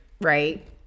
Right